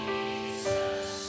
Jesus